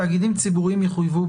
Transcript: תאגידים ציבוריים יחויבו